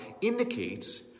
indicates